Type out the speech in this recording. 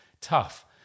tough